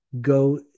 go